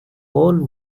all